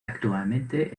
actualmente